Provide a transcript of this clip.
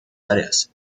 áreas